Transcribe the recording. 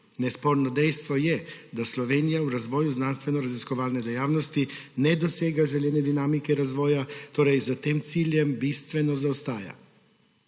Nesporno dejstvo je, da Slovenija v razvoju znanstvenoraziskovalne dejavnosti ne dosega želene dinamike razvoja, torej za tem ciljem bistveno zaostaja.